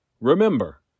Remember